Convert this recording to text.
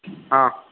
ହଁ